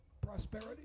prosperity